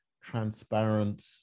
transparent